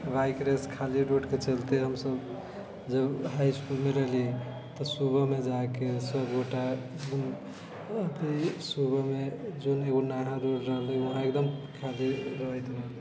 bike race खाली रोडके चलते हमसब जब हाइ इसकुलमे रहली तऽ सुबहमे जाइके सबगोटा ओतऽ सुबहमे जौन एगो ओ नाला रोड रहलै वहाँ ओ एकदम खाली रहैत रहलै